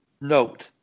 Note